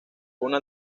una